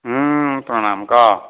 ହଁ ପ୍ରଣାମ କହ